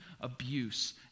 abuse